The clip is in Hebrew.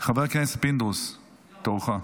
חבר הכנסת פינדרוס, תורך.